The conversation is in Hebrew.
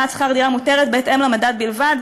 העלאת שכר-דירה מותרת בהתאם למדד בלבד.